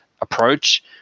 approach